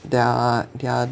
their their